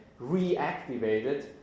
reactivated